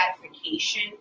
gratification